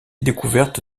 découverte